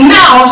now